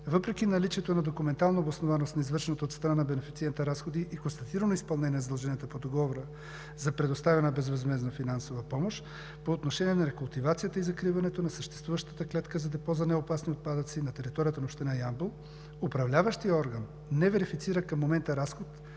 въпреки наличието на документална обоснованост на извършените от страна на бенефициента разходи и констатирано изпълнение на задълженията по Договора за предоставяне на безвъзмездна финансова помощ по отношение на рекултивацията и закриването на съществуващата клетка за Депо за неопасни отпадъци на територията на община Ямбол, управляващият орган не верифицира към момента разход